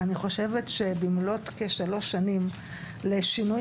ואני חושבת שבמלאת כשלוש שנים לשינוי